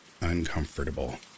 uncomfortable